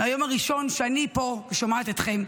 מהיום הראשון שאני פה ושומעת אתכם,